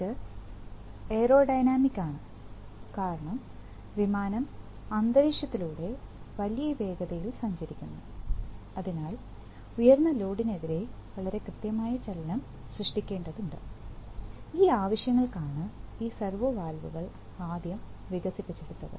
ഇത് എയറോഡൈനാമിക് ആണ് കാരണം വിമാനം അന്തരീക്ഷത്തിലൂടെ വലിയ വേഗതയിൽ സഞ്ചരിക്കുന്നു അതിനാൽ ഉയർന്ന ലോഡിനെതിരെ വളരെ കൃത്യമായ ചലനം സൃഷ്ടിക്കേണ്ടതുണ്ട് ഈ ആവശ്യങ്ങൾക്കാണ് ഈ സെർവോ വാൽവുകൾ ആദ്യം വികസിപ്പിച്ചെടുത്തത്